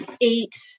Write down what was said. eight